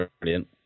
Brilliant